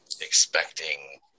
expecting